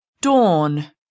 dawn